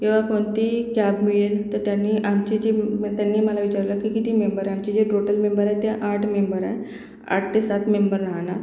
किंवा कोणती कॅब मिळेल तर त्यांनी आमची जी त्यांनी मला विचारलं की किती मेंबर आहे आमचे जे टोटल मेंबर आहे ते आठ मेंबर आहे आठ ते सात मेंबर राहणार